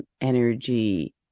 energy